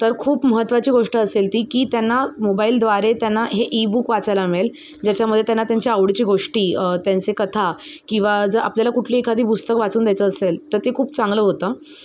तर खूप महत्त्वाची गोष्ट असेल ती की त्यांना मोबाईलद्वारे त्यांना हे ईबुक वाचायला मिळेल ज्याच्यामध्ये त्यांना त्यांची आवडीची गोष्टी त्यांचे कथा किंवा ज आपल्याला कुठली एखादी पुस्तक वाचून द्यायचं असेल तर ते खूप चांगलं होतं